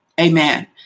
Amen